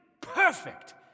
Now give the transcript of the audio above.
perfect